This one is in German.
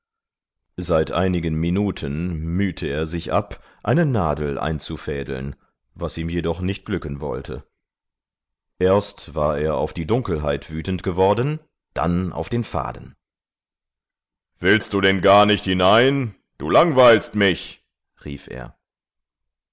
seit einigen minuten mühte er sich ab eine nadel einzufädeln was ihm jedoch nicht glücken wollte erst war er auf die dunkelheit wütend geworden dann auf den faden willst du denn gar nicht hinein du langweilst mich rief er